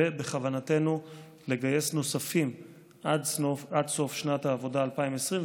ובכוונתנו לגייס נוספים עד סוף שנת העבודה 2020,